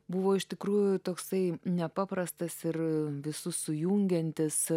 buvo iš tikrųjų toksai nepaprastas ir visus sujungiantis